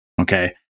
okay